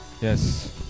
Yes